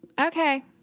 Okay